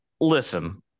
listen